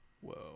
whoa